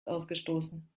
ausgestoßen